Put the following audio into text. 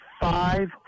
five